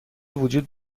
وجود